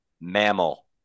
Mammal